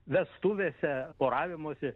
vestuvėse poravimosi